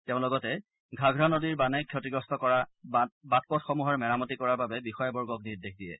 তেওঁ লগতে ঘাঘৰা নদীৰ বানে ক্ষতিগ্ৰস্ত কৰা বাট পথসমূহৰ মেৰামতি কৰাৰ বাবে বিষয়াবৰ্গক নিৰ্দেশ দিয়ে